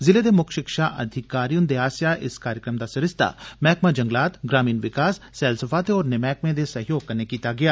जिले दे मुक्ख शिक्षा अधिकारी हुन्दे आस्सेआ इस कार्जक्रम दा सरिस्ता मैहकमा जंगलात ग्रामीण विकास सैलसफा ते होरनें मैहकमें दे सहयोग कन्नै कीता गेआ